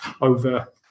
over